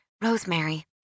Rosemary